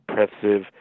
oppressive